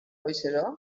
goizero